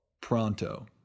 PRONTO